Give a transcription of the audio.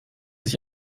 sich